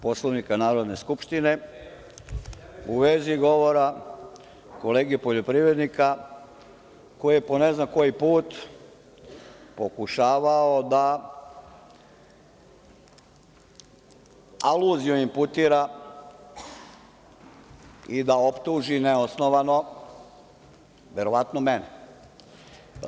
Poslovnika Narodne skupštine, u vezi govora kolege poljoprivrednika, koji po ne znam koji put je pokušavao da aluzijom imputira i da optuži neosnovano verovatno mene.